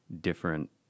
different